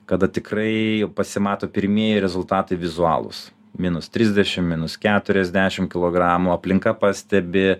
kada tikrai jau pasimato pirmieji rezultatai vizualūs minus trisdešim minus keturiasdešim kilogramų aplinka pastebi